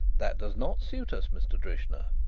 that does not suit us, mr. drishna.